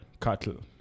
cattle